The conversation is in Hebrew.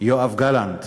יואב גלנט,